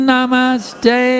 Namaste